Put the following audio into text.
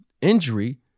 injury